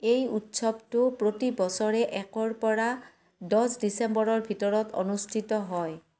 এই উৎসৱটো প্ৰতি বছৰে একৰপৰা দহ ডিচেম্বৰৰ ভিতৰত অনুষ্ঠিত হয়